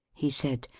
he said.